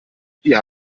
wir